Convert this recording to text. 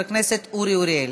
חבר הכנסת אורי אריאל.